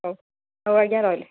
ହଉ ହଉ ଆଜ୍ଞା ରହିଲି